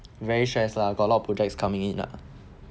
very stress lah got a lot of projects coming in ah